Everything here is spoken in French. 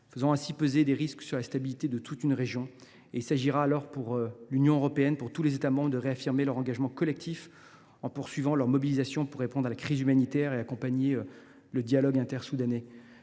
faisant peser des risques sur la stabilité de toute une région. Il s’agira pour l’Union européenne et pour les États membres de réaffirmer leur engagement collectif, en poursuivant leur mobilisation pour répondre à la crise humanitaire et accompagner le dialogue inter soudanais.